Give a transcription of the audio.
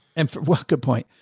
and for what good point,